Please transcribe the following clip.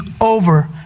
over